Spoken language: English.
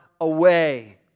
away